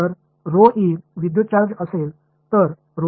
J ஒரு மின்சாரமாக இருந்தால் M என்பது ஒரு